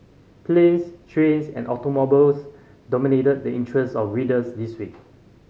planes trains and automobiles dominated the interests of readers this week